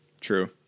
True